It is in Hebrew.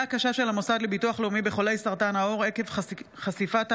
בנושא: עומס רב וחסר תקדים בחדרי המיון בבתי החולים בישראל,